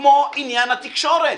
כמו עניין התקשורת,